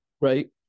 Right